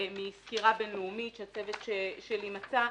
מסקירה בינלאומית שהצוות שלי מצא,